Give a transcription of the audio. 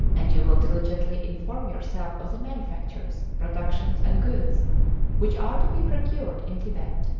and you will diligently inform yourself of the manufactures, productions, and goods which are to be procured in tibet.